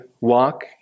walk